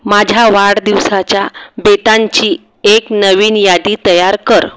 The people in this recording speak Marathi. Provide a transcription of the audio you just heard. माझ्या वाढदिवसाच्या बेतांची एक नवीन यादी तयार कर